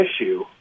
issue